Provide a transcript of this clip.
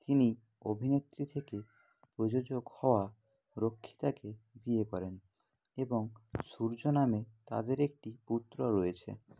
তিনি অভিনেত্রী থেকে প্রযোজক হওয়া রক্ষিতাকে বিয়ে করেন এবং সূর্য নামে তাদের একটি পুত্র রয়েছে